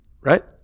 Right